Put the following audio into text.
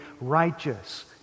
righteous